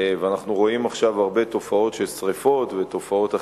ואנחנו רואים עכשיו הרבה תופעות של שרפות ותופעות אחרות,